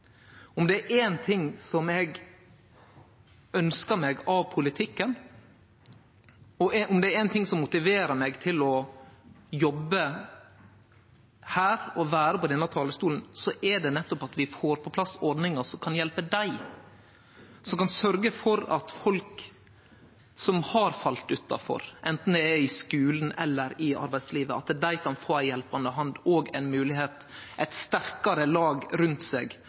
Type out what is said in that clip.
Om det er éin ting eg ønskjer meg av politikken, og om det er éin ting som motiverer meg til å jobbe her og stå på denne talarstolen, så er det nettopp at vi får på plass ordningar som kan hjelpe desse, og som kan sørgje for at folk som har falle utanfor, anten det er i skulen eller i arbeidslivet, kan få ei hjelpande hand og ei moglegheit, eit sterkare lag rundt seg